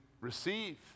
receive